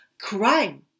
crime